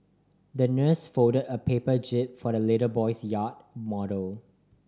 the nurse folded a paper jib for the little boy's yacht model